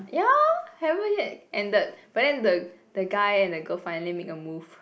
ya haven't yet ended but then the the guy and the girl finally make a move